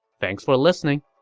thanks for listening!